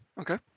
Okay